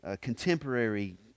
contemporary